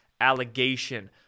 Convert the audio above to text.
allegation